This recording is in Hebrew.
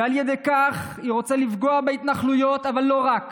ועל ידי כך לפגוע בהתנחלויות, אבל לא רק.